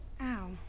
Ow